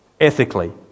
ethically